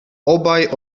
obaj